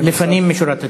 לפנים משורת הדין.